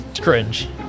cringe